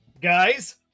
Guys